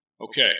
Okay